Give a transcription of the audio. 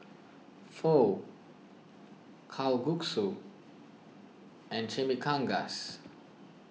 Pho Kalguksu and Chimichangas